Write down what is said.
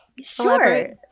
Sure